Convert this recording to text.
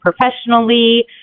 professionally